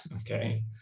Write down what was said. okay